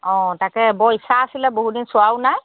অ তাকে বৰ ইচ্ছা আছিলে বহুতদিন চোৱাও নাই